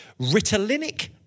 Ritalinic